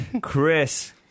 Chris